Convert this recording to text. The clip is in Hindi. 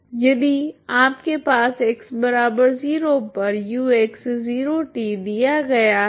यदि आपके पास x0 पर ux0 t दिया गया है